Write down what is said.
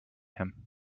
him